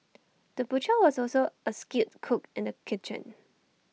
the butcher was also A skilled cook in the kitchen